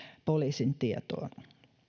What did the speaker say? poliisin tietoon